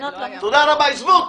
תודה רבה.